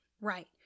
right